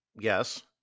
Yes